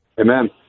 amen